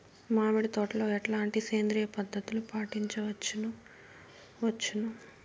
మామిడి తోటలో ఎట్లాంటి సేంద్రియ పద్ధతులు పాటించవచ్చును వచ్చును?